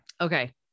Okay